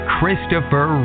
Christopher